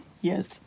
yes